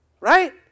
right